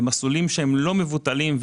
במסלולים שהם לא מבוטלים,